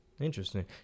interesting